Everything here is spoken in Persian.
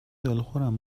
دلخورم